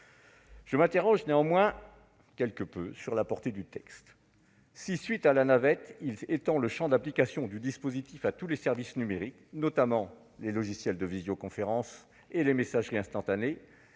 Je m'interroge néanmoins quelque peu sur la portée du texte. Si, à la suite de la navette parlementaire, le champ d'application du dispositif est étendu à tous les services numériques, notamment aux logiciels de visioconférence et de messagerie instantanée,